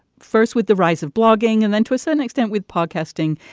first with the rise of blogging and then to a certain extent with podcasting.